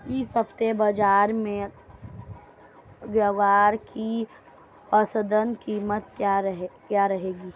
इस सप्ताह बाज़ार में ग्वार की औसतन कीमत क्या रहेगी?